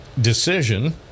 decision